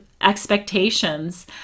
expectations